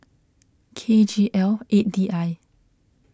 K G L eight D I